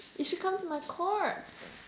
you should come to my course